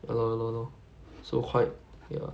ya lor ya lor ya lor you so quite ya